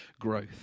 growth